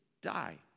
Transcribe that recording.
die